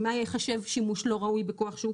ייחשב שימוש לא ראוי בכוח שוק,